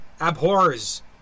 abhors